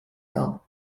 goal